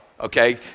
okay